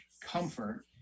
comfort